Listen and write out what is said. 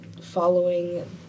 following